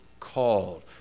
Called